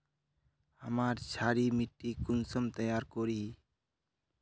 हमार क्षारी मिट्टी कुंसम तैयार करोही?